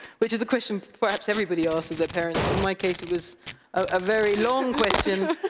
which is a question perhaps everybody asks of their parents. but in my case, it was a very long question.